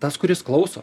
tas kuris klauso